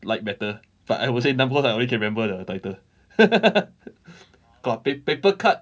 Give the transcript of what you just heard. like better but I would say numb because I only can remember the title got pa~ paper cut